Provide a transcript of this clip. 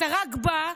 אתה רק בא,